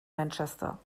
manchester